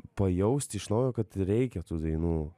pajaust iš naujo kad reikia tų dainų